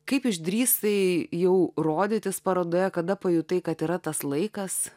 kaip išdrįsai jau rodytis parodoje kada pajutai kad yra tas laikas